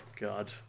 God